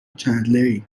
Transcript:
چندلری